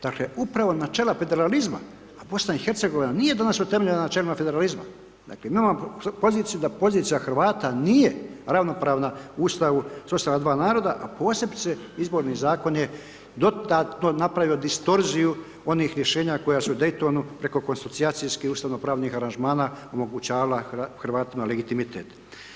Dakle, upravo načela federalizma, a Bosna i Hercegovina nije danas utemeljena na načelima federalizma, dakle nema poziciju da pozicija Hrvata nije ravnopravna Ustavu socijalna dva naroda, a posebice izborni zakon je dodatno napravio distorziju onih rješenja koja su u Daytonu preko konsonicasijskih ustavno-pravnih angažmana omogućavala Hrvatima legitimitet.